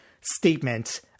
statement